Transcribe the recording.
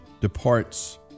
departs